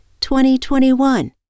2021